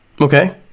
Okay